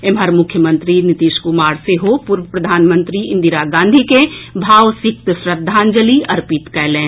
एम्हर मुख्यमंत्री नीतीश कुमार सेहो पूर्व प्रधानमंत्री इंदिरा गांधी कें भावसिक्त श्रद्धांजलि अर्पित कयलनि